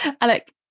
Alec